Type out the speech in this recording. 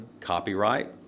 copyright